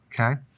Okay